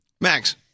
Max